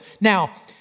Now